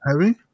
heavy